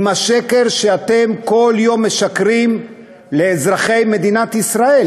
עם השקר שאתם כל יום משקרים לאזרחי מדינת ישראל?